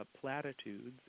platitudes